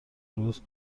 روز